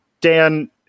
Dan